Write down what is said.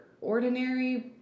ordinary